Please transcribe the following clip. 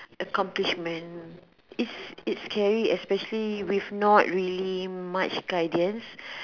accomplishment it's it's scary especially with not really much guidance